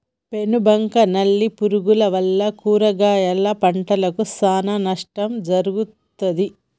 పేను బంక నల్లి పురుగుల వల్ల కూరగాయల పంటకు చానా నష్టం జరుగుతది